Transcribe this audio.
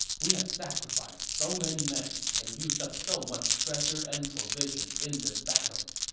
we have sacrificed so many men and used up so much treasure and provisions in this battle.